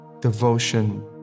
devotion